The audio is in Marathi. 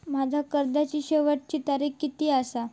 माझ्या कर्जाची शेवटची तारीख किती आसा?